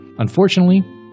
Unfortunately